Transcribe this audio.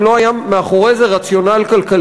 אם לא היה מאחורי זה רציונל כלכלי,